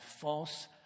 false